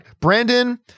Brandon